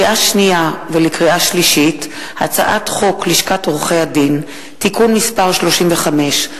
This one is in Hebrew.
לקריאה שנייה ולקריאה שלישית: הצעת חוק לשכת עורכי-הדין (תיקון מס' 35),